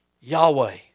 Yahweh